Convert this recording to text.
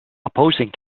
opposing